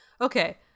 Okay